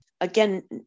Again